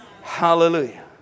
Hallelujah